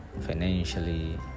financially